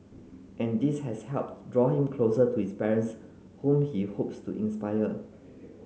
and this has helped draw him closer to his parents whom he hopes to inspire